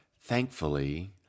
thankfully